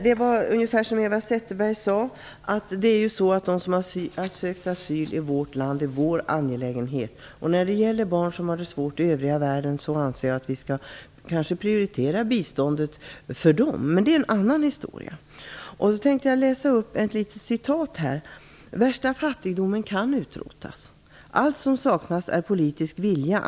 Fru talman! Som Eva Zetterberg sade är de som har sökt asyl i vårt land vår angelägenhet. Jag anser kanske att vi skall prioritera biståndet till barn som har det svårt i världen i övrigt, men det är en annan sak. Jag vill här anföra ett litet citat. Inge Kaul på FN:s utvecklingsprogram anser att den värsta fattigdomen kan utrotas. Allt som saknas är politisk vilja.